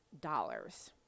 dollars